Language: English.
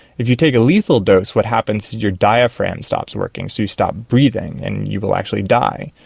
if you take a lethal dose, what happens is your diaphragm stops working, so you stop breathing and you will actually die.